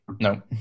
No